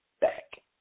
back